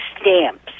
stamps